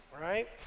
right